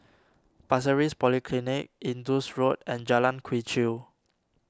Pasir Ris Polyclinic Indus Road and Jalan Quee Chew